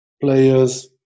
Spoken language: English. players